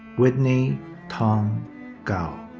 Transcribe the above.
whitney tong gao.